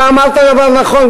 אתה אמרת דבר נכון,